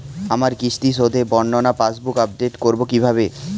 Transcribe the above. আমার কিস্তি শোধে বর্ণনা পাসবুক আপডেট করব কিভাবে?